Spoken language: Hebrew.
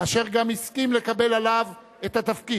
אשר גם הסכים לקבל עליו את התפקיד,